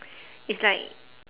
it's like